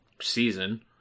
season